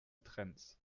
trends